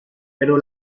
pero